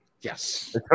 Yes